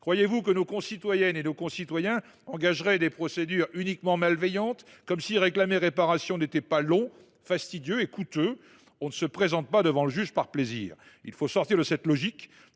Croyez vous que nos concitoyens engageraient de telles procédures par simple malveillance, comme si réclamer réparation n’était pas long, fastidieux et coûteux ? On ne se présente pas devant le juge par plaisir ! Il faut sortir de cette logique